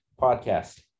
podcast